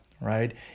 right